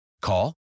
Call